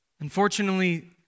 Unfortunately